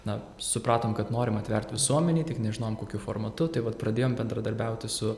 na supratom kad norim atvert visuomenei tik nežinojom kokiu formatu tai vat pradėjom bendradarbiauti su